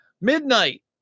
Midnight